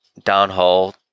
downhole